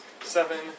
seven